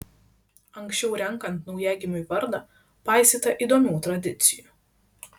anksčiau renkant naujagimiui vardą paisyta įdomių tradicijų